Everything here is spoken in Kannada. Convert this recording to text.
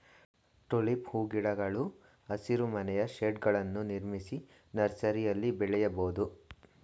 ಟುಲಿಪ್ ಹೂಗಿಡಗಳು ಹಸಿರುಮನೆಯ ಶೇಡ್ಗಳನ್ನು ನಿರ್ಮಿಸಿ ನರ್ಸರಿಯಲ್ಲಿ ಬೆಳೆಯಬೋದು